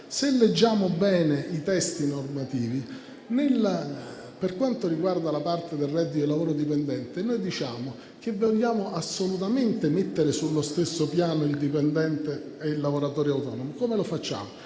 Se leggiamo bene i testi normativi, per quanto riguarda la parte del reddito da lavoro dipendente diciamo che vogliamo mettere assolutamente sullo stesso piano il dipendente e il lavoratore autonomo. Come lo facciamo?